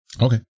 Okay